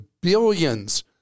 billions